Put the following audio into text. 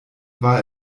war